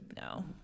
No